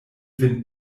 vin